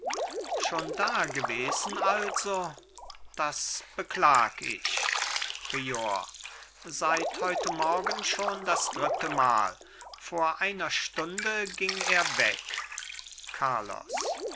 schon dagewesen also das beklag ich prior seit heute morgen schon das dritte mal vor einer stunde ging er weg carlos